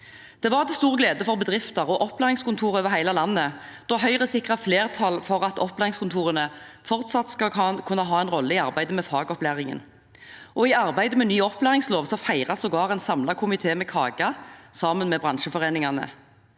Det var til stor glede for bedrifter og opplæringskontorer over hele landet da Høyre sikret flertall for at opplæringskontorene fortsatt skulle kunne ha en rolle i arbeidet med fagopplæringen. I arbeidet med ny opplæringslov feiret sågar en samlet komité med kake, sammen med bransjeforeningene.